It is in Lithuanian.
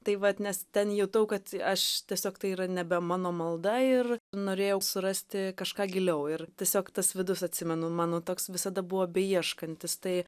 tai vat nes ten jutau kad aš tiesiog tai yra nebe mano malda ir norėjau surasti kažką giliau ir tiesiog tas vidus atsimenu mano toks visada buvo beieškantis tai